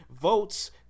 votes